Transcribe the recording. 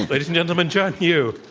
ladies and gentlemen, john yoo.